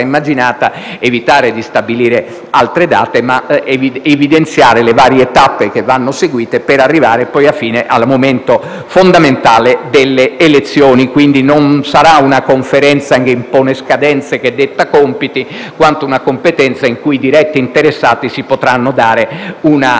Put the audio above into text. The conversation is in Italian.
immaginata, vorremmo evitare di stabilire altre date, ma evidenziare le varie tappe che andranno seguite per arrivare al momento fondamentale delle elezioni. Quindi, non sarà una Conferenza che impone scadenze o che detta compiti, quanto una Conferenza in cui i diretti interessati si potranno dare